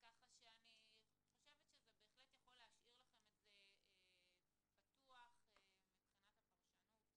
ככה שאני חושבת שזה באמת יכול להשאיר לכם את זה פתוח מבחינת הפרשנות.